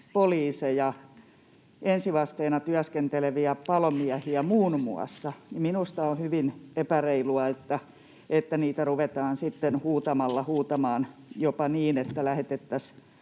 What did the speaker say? poliiseja, ensivasteessa työskenteleviä palomiehiä, niin minusta on hyvin epäreilua, että niitä ruvetaan sitten huutamalla huutamaan, jopa niin, että niitä lähetettäisiin